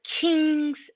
King's